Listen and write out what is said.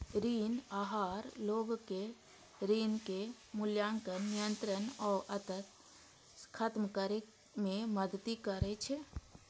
ऋण आहार लोग कें ऋणक मूल्यांकन, नियंत्रण आ अंततः खत्म करै मे मदति करै छै